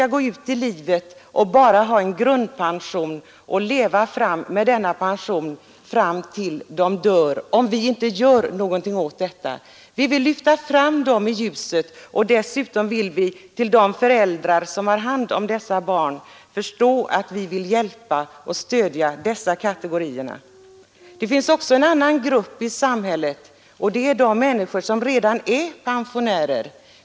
De får, om vi inte gör något åt det, gå ut i livet med enbart en grundpension, som de skall leva på fram till dess att de dör. Vi vill lyfta fram dem i ljuset, och dessutom vill vi att de föräldrar som har hand om dessa barn skall förstå att vi vill hjälpa och stödja dessa kategorier. Det finns också en annan grupp i samhället, nämligen människor som redan är pensionärer.